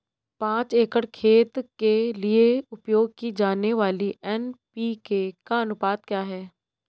पाँच एकड़ खेत के लिए उपयोग की जाने वाली एन.पी.के का अनुपात क्या है?